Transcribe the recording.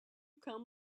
come